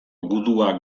gudua